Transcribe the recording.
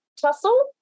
tussle